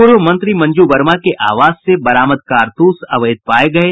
पूर्व मंत्री मंजू वर्मा के आवास से बरामद कारतूस अवैध पाये गये